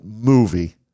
movie